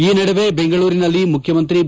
ಈ ನಡುವೆ ಬೆಂಗಳೂರಿನಲ್ಲಿ ಮುಖ್ಯಮಂತ್ರಿ ಬಿ